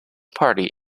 party